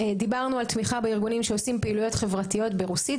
דיברנו על תמיכה בארגונים שעושים פעילויות חברתיות ברוסית,